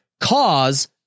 cause